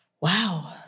Wow